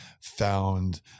found